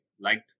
liked